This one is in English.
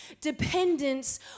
dependence